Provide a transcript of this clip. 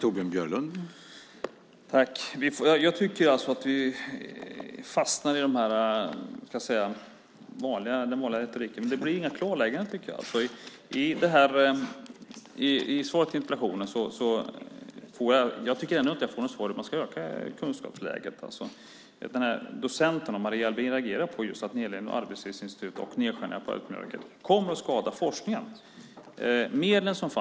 Herr talman! Jag tycker att vi fastnar i den vanliga retoriken. Jag tycker inte att det blir några klarlägganden. I svaret på interpellationen tycker jag inte att jag får något besked om att man ska öka kunskapsläget. Docent Maria Albin reagerar på att nedläggningen av Arbetslivsinstitutet och nedskärningen av Arbetsmiljöverket kommer att skada forskningen.